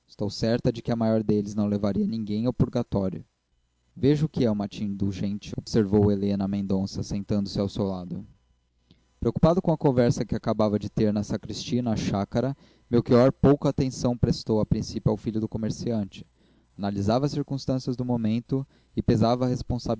estou certa de que o maior deles não levaria ninguém ao purgatório veja o que é uma tia indulgente observou helena a mendonça sentando-se ao seu lado preocupado com a conversa que acabava de ter na sacristia e na chácara melchior pouca atenção prestou a princípio ao filho do comerciante analisava as circunstâncias do momento e pesava